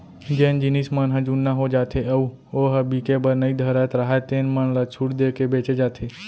जेन जिनस मन ह जुन्ना हो जाथे अउ ओ ह बिके बर नइ धरत राहय तेन मन ल छूट देके बेचे जाथे